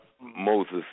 Moses